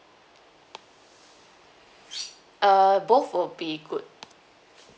uh both will be good